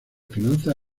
finanzas